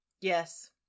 Yes